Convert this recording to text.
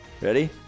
Ready